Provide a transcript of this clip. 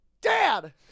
Dad